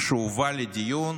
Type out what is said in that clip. שהובא לדיון